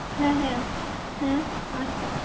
হ্যাঁ হ্যাঁ হ্যাঁ আচ্ছা